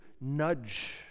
nudge